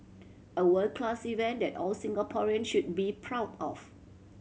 a world class event that all Singaporean should be proud of